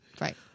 Right